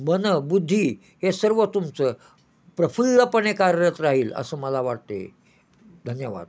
मन बुद्धी हे सर्व तुमचं प्रफुल्लपणे कार्यरत राहील असं मला वाटते धन्यवाद